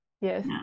Yes